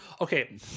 Okay